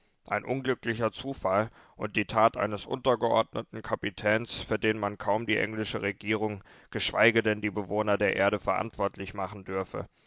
ein unglücklicher zufall und die tat eines untergeordneten kapitäns für die man kaum die englische regierung geschweige denn die bewohner der erde verantwortlich machen dürfe